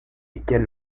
lesquels